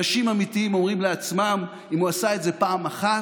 אנשים אמיתיים אומרים לעצמם: אם הוא עשה את זה פעם אחת,